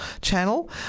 Channel